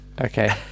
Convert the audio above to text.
okay